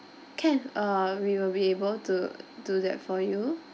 can err we will be able to do that for you